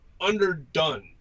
Underdone